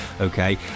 okay